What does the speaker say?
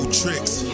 tricks